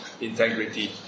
integrity